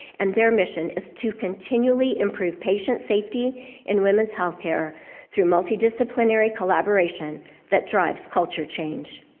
and their mission is to continually improve patient safety in women's healthcare through multidisciplinary collaboration that drives culture change.